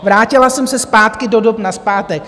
Vrátila jsem se zpátky do dob nazpátek.